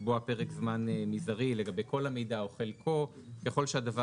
לקבוע פרק זמן מזערי לגבי כל המידע או חלקו ככל שהדבר